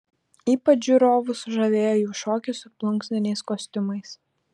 ypač žiūrovus sužavėjo jų šokis su plunksniniais kostiumais